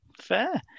Fair